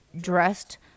Dressed